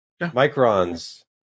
Micron's